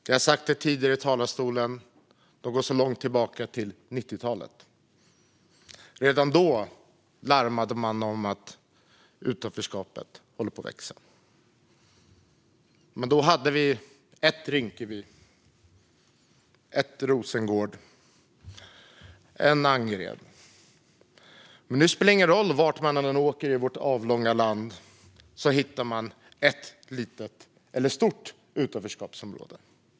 Jag har sagt det tidigare i talarstolen: De går så långt tillbaka som till 90-talet. Redan då larmade man om att utanförskapet höll på att växa. Då hade vi ett Rinkeby, ett Rosengård, ett Angered. Nu spelar det ingen roll vart man åker i vårt avlånga land; överallt hittar man ett litet eller stort utanförskapsområde.